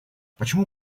почему